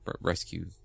rescue